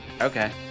okay